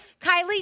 Kylie